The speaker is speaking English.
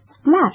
splash